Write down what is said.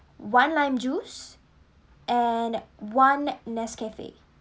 one lime juice and one ne~ nescafe